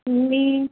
मी